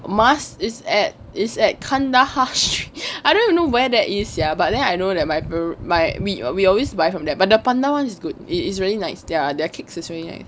mask is at is at kandahar street I don't even know where there is sia but then I know that my my we what we always buy from that but the pandan one is good it is really nice their cakes is really nice